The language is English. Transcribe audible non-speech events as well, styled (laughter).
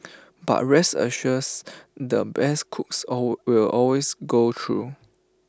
but rest assures the best cooks (unintelligible) will always go through